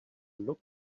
look